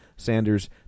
Sanders